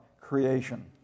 creation